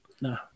no